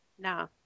no